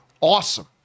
awesome